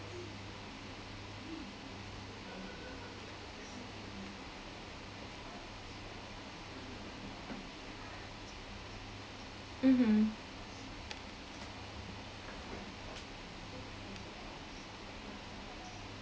mmhmm